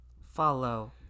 Follow